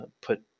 put